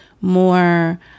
more